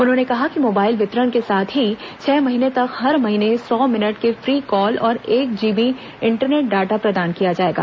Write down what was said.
उन्होंने कहा कि मोबाइल वितरण के साथ ही छह महीने तक हर महीने सौ मिनट के फ्री कॉल और एक जीबी इंटरनेट डेटा प्रदान किया जाएगा